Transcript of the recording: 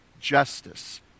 justice